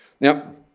Now